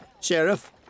Sheriff